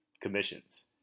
commissions